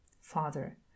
Father